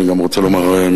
אני גם רוצה לומר מלה